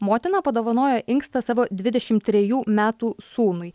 motina padovanojo inkstą savo dvidešim trejų metų sūnui